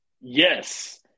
Yes